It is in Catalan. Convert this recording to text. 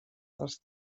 dels